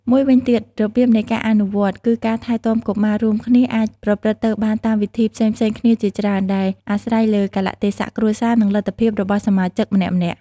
មួយវិញទៀត របៀបនៃការអនុវត្ត គឺការថែទាំកុមាររួមគ្នាអាចប្រព្រឹត្តទៅបានតាមវិធីផ្សេងៗគ្នាជាច្រើន ដែលអាស្រ័យលើកាលៈទេសៈគ្រួសារ និងលទ្ធភាពរបស់សមាជិកម្នាក់ៗ។